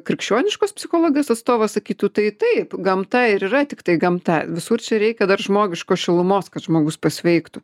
krikščioniškos psichologijos atstovas sakytų tai taip gamta ir yra tiktai gamta visur čia reikia dar žmogiškos šilumos kad žmogus pasveiktų